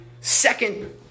second